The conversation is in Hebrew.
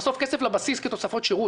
הייתי שם לפני שבועיים.